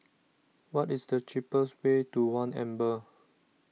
what is the cheapest way to one Amber